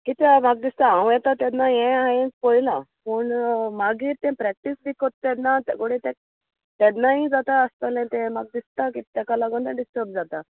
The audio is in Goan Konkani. कित्या म्हाका दिसता हांव येता तेन्ना हें हांयेन पोयलां पूण मागीर तें प्रॅक्टीस बी कोत्त तेन्ना ते कोडे तेन्नाय जाता आसतले ते म्हाका दिसता की तेका लागोन ते डिस्टर्ब जाता